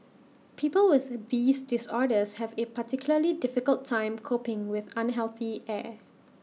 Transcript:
people with A these disorders have A particularly difficult time coping with unhealthy air